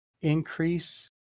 increase